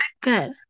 Good